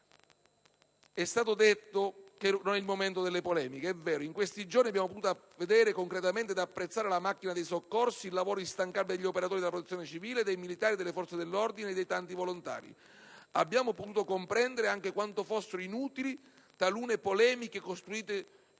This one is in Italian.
È stato detto che non è questo il momento delle polemiche. È vero. In questi giorni abbiamo potuto vedere concretamente e apprezzare la macchina dei soccorsi, il lavoro instancabile degli operatori della Protezione civile, dei militari delle forze dell'ordine e dei tanti volontari. Abbiamo potuto comprendere anche quanto inutili fossero talune polemiche costruite sui *media*.